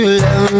love